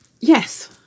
Yes